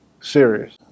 serious